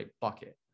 bucket